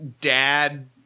dad